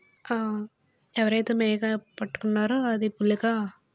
ఎవరైతే మేకని పట్టుకున్నారో అది పులిగా